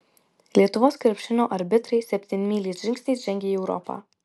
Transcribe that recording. lietuvos krepšinio arbitrai septynmyliais žingsniais žengia į europą